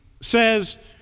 says